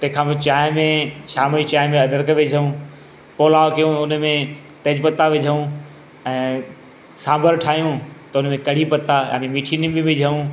तंहिं खां पोइ चांहि में शाम जी चांहि में अदरक विझूं पुलाउ कयूं हुन में तेजपता विझूं ऐं सांभर ठाहियूं त हुन में कढ़ी पता ऐं मिठी नीम बि विझूं